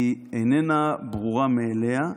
היא איננה ברורה מאליה.